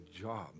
job